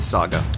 Saga